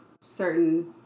certain